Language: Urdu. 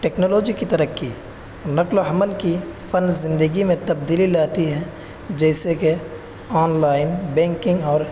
ٹیکنالوجی کی ترقی نقل و حمل کی فن زندگی میں تبدیلی لاتی ہے جیسے کہ آنلائن بینکنگ اور